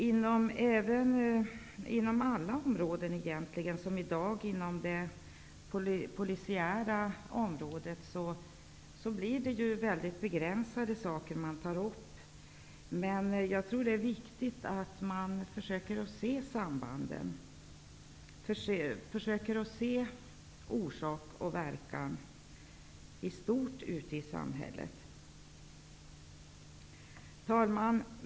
Inom egentligen alla områden -- i dag handlar det om det polisiära området -- tar man upp begränsade frågor. Jag tror att det är viktigt att man försöker se sambanden, orsak och verkan, i stort ute i samhället. Herr talman!